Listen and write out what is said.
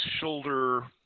shoulder